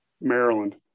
Maryland